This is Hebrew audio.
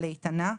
לאיתנה,